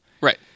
Right